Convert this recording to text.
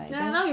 like that